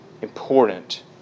important